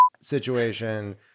situation